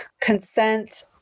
consent